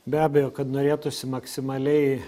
be abejo kad norėtųsi maksimaliai